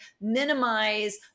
minimize